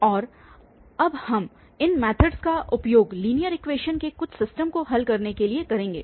और अब हम इन मैथडस का उपयोग लीनियर इक्वेशनस के कुछ सिस्टम को हल करने के लिए करेंगे